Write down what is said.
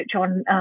on